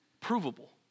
provable